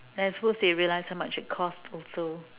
let's hope they realize how much it costs also